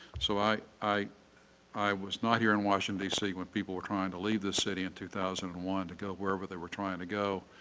so i i was not here in washington, d c. when people were trying to leave the city in two thousand and one to go wherever they were trying to go,